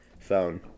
phone